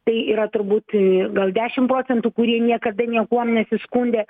tai yra turbūt gal dešim procentų kurie niekada niekuom nesiskundė